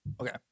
okay